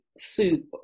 soup